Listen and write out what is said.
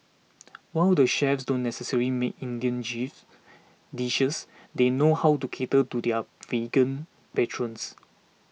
while the chefs don't necessarily make Indian chief dishes they know how to cater to their vegan patrons